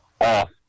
off